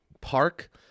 park